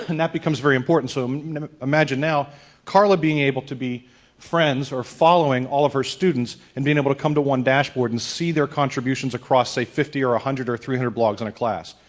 and that becomes very important. so imagine now carla being able to be friends or following all of her students and being able to come to one dashboard and see their contributions across say fifty or a hundred or three hundred blogs in a class.